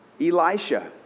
Elisha